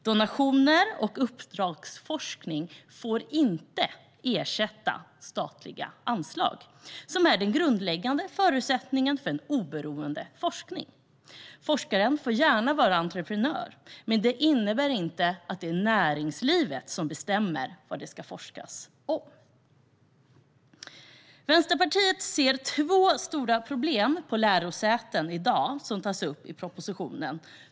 Donationer och uppdragsforskning får inte ersätta statliga anslag, som är den grundläggande förutsättningen för en oberoende forskning. Forskaren får gärna vara entreprenör, men det innebär inte att det är näringslivet som bestämmer vad det ska forskas om. Vänsterpartiet ser två stora problem på lärosätena i dag som tas upp i propositionen.